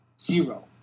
zero